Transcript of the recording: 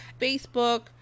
Facebook